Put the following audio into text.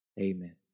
Amen